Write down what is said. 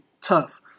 tough